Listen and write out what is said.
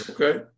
okay